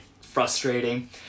frustrating